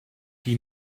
die